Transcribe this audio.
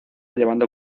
llevando